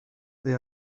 they